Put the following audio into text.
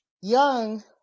young